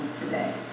today